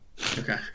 Okay